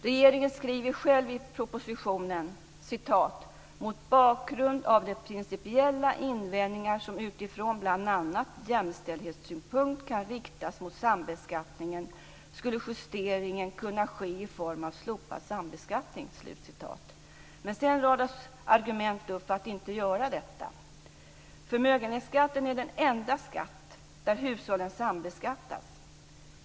Regeringen skriver själv i propositionen: "Mot bakgrund av de principiella invändningar som utifrån bl.a. jämställdhetssynpunkt kan riktas mot sambeskattningen skulle justeringen kunna ske i form av slopad sambeskattning." Men sedan radas argument upp för att inte göra detta. Förmögenhetsskatten är den enda skatt där hushållen sambeskattas.